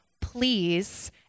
please